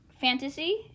fantasy